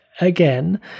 again